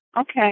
Okay